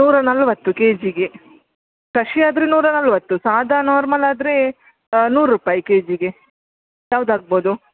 ನೂರಾ ನಲ್ವತ್ತು ಕೆ ಜಿಗೆ ಕಸಿಯಾದರೆ ನೂರಾ ನಲವತ್ತು ಸಾದಾ ನಾರ್ಮಲ್ ಆದರೆ ನೂರು ರೂಪಾಯಿ ಕೆ ಜಿಗೆ ಯಾವ್ದು ಆಗ್ಬೌದು